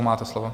Máte slovo.